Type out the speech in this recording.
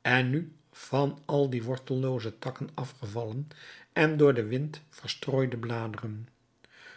en nu van al die wortellooze takken afgevallen en door den wind verstrooide bladeren